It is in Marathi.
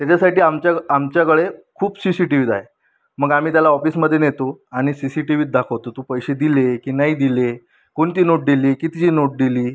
त्याच्यासाठी आमच्या आमच्याकडे खूप सी सी टी व्हीज् आहे मग आम्ही त्याला ऑफिसमध्ये नेतो आणि सीसीटीव्हीत दाखवतो तू पैसे दिले की नाही दिले कोणती नोट दिली कितीची नोट दिली